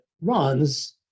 runs